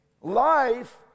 Life